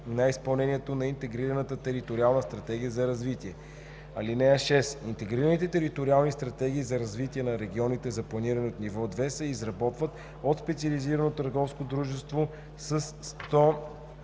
на изпълнението на интегрираната териториална стратегия за развитие. (6) Интегрираните териториални стратегии за развитие на регионите за планиране от ниво 2 се изработват от специализирано търговско дружество със